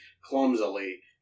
clumsily